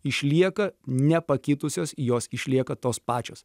išlieka nepakitusios jos išlieka tos pačios